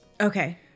Okay